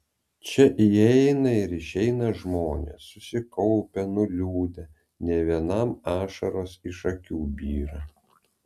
čia įeina ir išeina žmonės susikaupę nuliūdę ne vienam ašaros iš akių byra